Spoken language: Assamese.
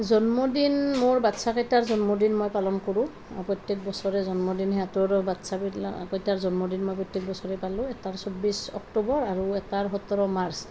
জন্মদিন মোৰ বাচ্ছাকেইটাৰ জন্মদিন মই পালন কৰোঁ প্ৰত্যেক বছৰে জন্মদিন সিহঁতৰ বাচ্ছাকেইটাৰ জন্মদিন মই প্ৰত্যেক বছৰে পালোঁ এটাৰ চৌব্বিছ অক্টোবৰ আৰু এটাৰ সোতৰ মাৰ্চ